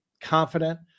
confident